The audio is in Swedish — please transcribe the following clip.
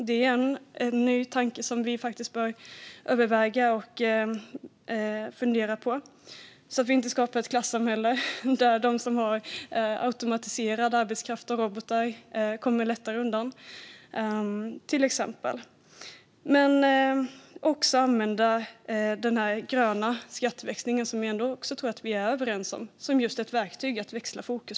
Det är en ny tanke som vi faktiskt bör överväga och fundera på så att vi inte skapar ett klassamhälle där till exempel de som har automatiserad arbetskraft och robotar kommer lättare undan. Det handlar också om att använda den gröna skatteväxlingen - som jag också tror att vi är överens om - som ett verktyg för att växla fokus.